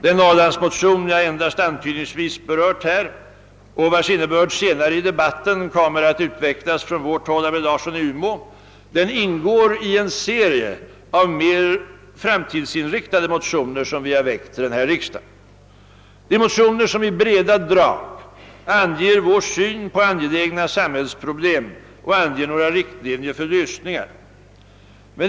Den norrlandsmotion jag här endast antydningsvis har berört och vars innebörd senare i debatten kommer att utvecklas från vårt håll av herr Larsson i Umeå ingår i en serie av mer framtidsinriktade motioner som vi har väckt till denna riksdag. Det är motioner som i breda drag anger vår syn på angelägna samhällsproblem och skisserar några riktlinjer för lösningar.